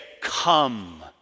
come